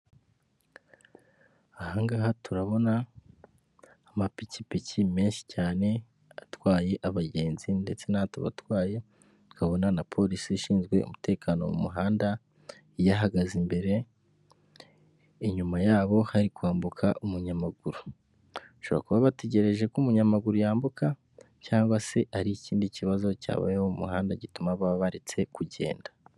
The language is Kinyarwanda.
Ahangaha turabona amapikipiki menshi cyane atwaye abagenzi ndetse n'atabatwaye tukabona na polisi ishinzwe umutekano wo mu muhanda yahagaze imbere inyuma yabo hari kwambuka umunyamaguru, bashobora uba bategereje ko umunyamaguru yambuka cyangwa se ari ikindi kibazo cyabayeho mu muhanda gituma baba baretse kugenda.